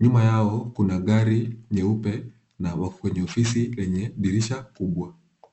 Nyuma yao kuna gari nyeupe na wako kwenye ofisi yenye dirisha kubwa.